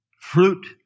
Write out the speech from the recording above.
fruit